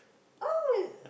oh